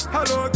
Hello